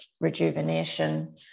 rejuvenation